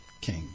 King